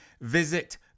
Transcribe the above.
visit